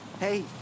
Hey